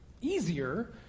easier